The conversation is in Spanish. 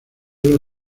hielo